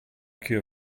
cure